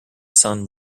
sun